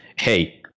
hey